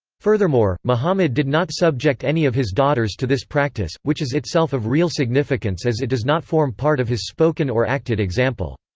furthermore, muhammad did not subject any of his daughters to this practice, which is itself of real significance as it does not form part of his spoken or acted example.